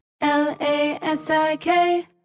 L-A-S-I-K